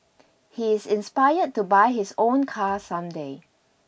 he is inspired to buy his own car some day